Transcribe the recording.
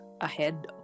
ahead